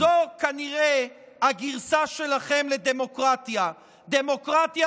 זו כנראה הגרסה שלכם לדמוקרטיה: דמוקרטיה